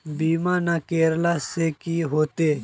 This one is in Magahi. बीमा ना करेला से की होते?